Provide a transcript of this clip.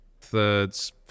thirds